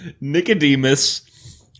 nicodemus